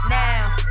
now